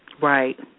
Right